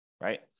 right